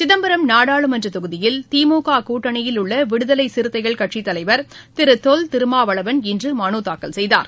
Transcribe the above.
சிதம்பரம் நாடாளுமன்றத் தொகுதியில் திமுககூட்டணியில் உள்ளவிடுதலைச் சிறுத்தைகள் கட்சித் தலைவர் திருதொல் திருமாவளவன் இன்றுமனுத்தாக்கல் செய்தார்